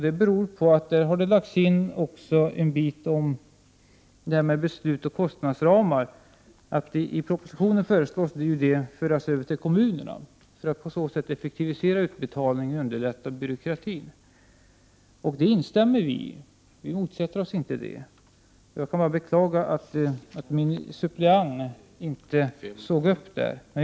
Detta beror på att det i reservationen har lagts in en del om kostnadsramar. I propositionen föreslås ju att kommunerna skall förfoga över pengarna för att man på så sätt skall kunna effektivisera utbetalningarna och minska byråkratin. För vår del motsätter vi oss inte detta. Jag kan bara beklaga att min suppleant inte såg upp på den punkten.